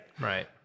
right